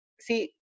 see